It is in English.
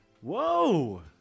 whoa